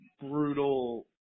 brutal